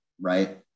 right